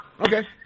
Okay